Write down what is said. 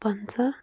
پَنژاہ